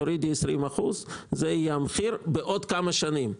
תורידי 20% - זה יהיה המחיר בעוד כמה שנים.